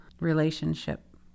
relationship